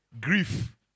grief